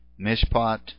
Mishpat